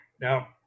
Now